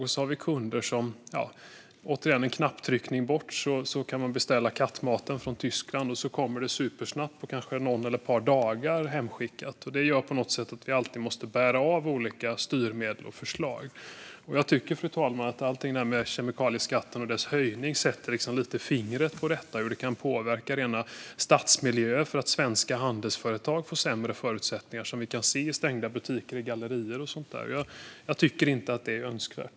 Sedan finns det kunder, återigen, som med en knapptryckning kan beställa kattmaten från Tyskland och supersnabbt, kanske på någon eller ett par dagar, få den hemskickad. Det gör att vi alltid måste bära av olika styrmedel och förslag. Jag tycker, fru talman, att allt detta med kemikalieskatten och dess höjning sätter fingret på detta. Det kan påverka hela stadsmiljöer att svenska handelsföretag får sämre förutsättningar, vilket vi kan se på stängda butiker i gallerior och så vidare. Jag tycker inte att det är önskvärt.